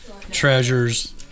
treasures